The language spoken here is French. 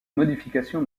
modifications